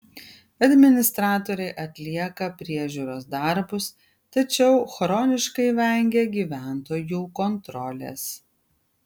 administratoriai atlieka priežiūros darbus tačiau chroniškai vengia gyventojų kontrolės